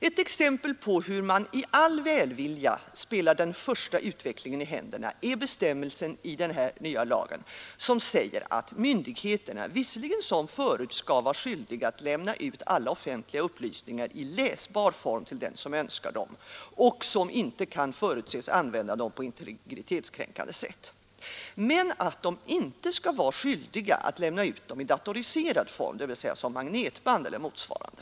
Ett exempel på hur man i all välvilja spelar den första utvecklingen i händerna är den bestämmelse i den nya lagen som säger att myndigheterna visserligen som förut skall vara skyldiga att lämna ut alla offentliga upplysningar i läsbar form till den som önskar dem och som inte kan förutses använda dem på integritetskränkande sätt, men att de inte skall vara skyldiga att lämna ut dem i datoriserad form, dvs. som magnetband eller motsvarande.